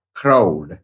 crowd